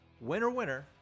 Winner-winner